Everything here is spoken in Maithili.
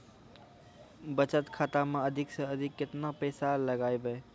बचत खाता मे अधिक से अधिक केतना पैसा लगाय ब?